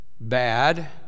bad